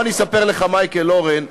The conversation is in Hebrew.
בוא אני אספר לך, מייקל אורן,